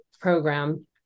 program